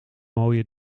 mooie